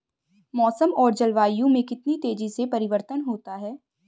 मौसम और जलवायु में कितनी तेजी से परिवर्तन होता है?